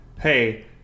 Hey